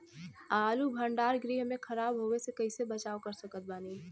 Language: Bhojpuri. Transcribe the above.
आलू भंडार गृह में खराब होवे से कइसे बचाव कर सकत बानी?